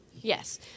yes